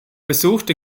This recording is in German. besuchte